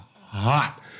hot